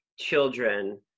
children